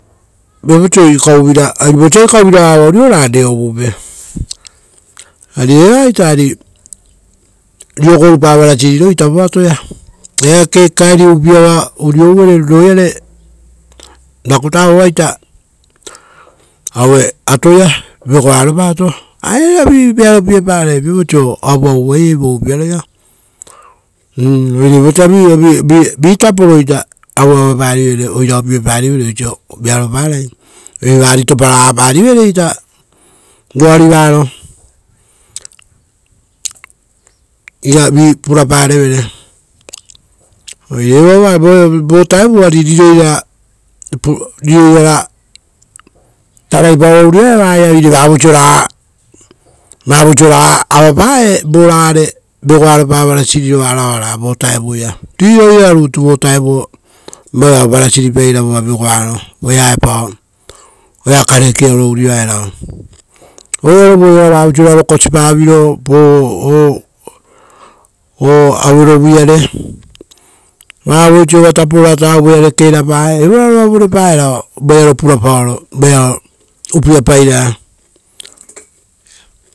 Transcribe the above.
Ari evaita ari, touvira toupaivere, ari vosa ikauvira uriouvere ra reo uvupe, uvare riro goruparai ruvaru-purapara vo atoia. Eake upia va uriovere roiare ruvurupato vova atoaia ari era vi ruvarupare. Viapau oisio oavuavuvaiei oa riro gorupai evo upiaroia. Ora vitapo vari tokiparivere oaia vari topapa rivere ruvarua varo ruvarupato ira vi purapurapa revere. Oire vo vutao ari riroirara taraipaoro urioae vaia, uva vo vutaoia vavoraga avapae ravaru purapairara. Riro irara voea ruvaru purapaira oea karekeoro urioaerao. Oire vavosi kosiviropae. Vavoisiova tapo ratau voearore kerapae uva vorarova vorepaerao voearo ruvarupaoro upia pairara.